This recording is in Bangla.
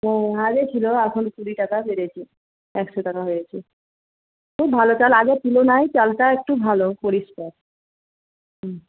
ও আগে ছিল এখন কুড়ি টাকা বেড়েছে একশো টাকা হয়েছে খুব ভালো চাল আগের তুলনায় চালটা একটু ভালো পরিষ্কার হুম